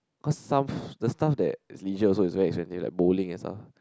cause some the stuff that is leisure also is very expensive like bowling and stuff